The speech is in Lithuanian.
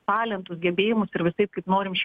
talentus gebėjimus ir visaip kaip norim